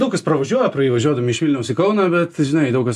daug kas pravažiuoja pro jį važiuodami iš vilniaus į kauną bet žinai daug kas